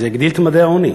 זה הגדיל את ממדי העוני.